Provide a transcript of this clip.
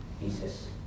pieces